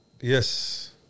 Yes